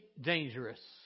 dangerous